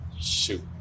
shoot